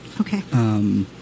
Okay